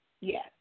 Yes